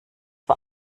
war